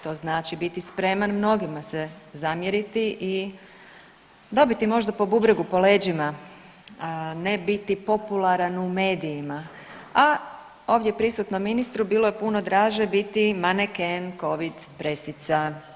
To znači biti spreman mnogima se zamjeriti i dobiti možda po bubregu, po leđima, ne biti popularan u medijima, a ovdje prisutnom ministru bilo je puno draže biti maneken Covid presica.